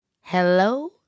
Hello